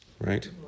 right